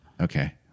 Okay